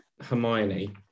Hermione